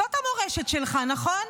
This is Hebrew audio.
זאת המורשת שלך, נכון?